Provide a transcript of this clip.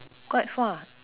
quite far